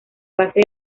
bases